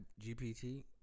GPT